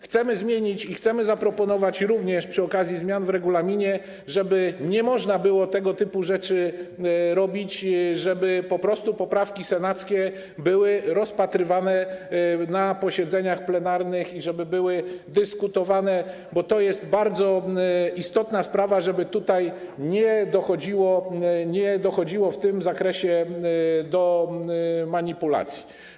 Chcemy to zmienić i chcemy również zaproponować przy okazji zmian w regulaminie, żeby nie można było robić tego typu rzeczy, żeby po prostu poprawki senackie były rozpatrywane na posiedzeniach plenarnych i żeby były dyskutowane, bo to jest bardzo istotna sprawa, żeby tutaj nie dochodziło w tym zakresie do manipulacji.